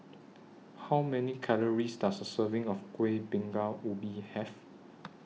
How Many Calories Does A Serving of Kuih Bingka Ubi Have